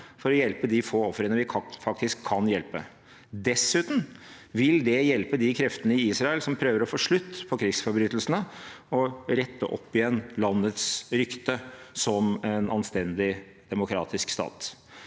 for å hjelpe de få ofrene vi faktisk kan hjelpe. Dessuten vil det hjelpe de kreftene i Israel som prøver å få slutt på krigsforbrytelsene og rette opp igjen landets rykte som en anstendig demokratisk stat.